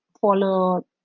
follow